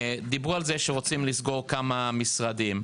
דיברו על זה שרוצים לסגור כמה משרדים,